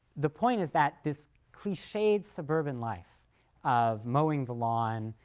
the point is that this cliched suburban life of mowing the lawn,